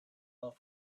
love